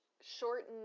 shorten